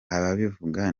ababivuga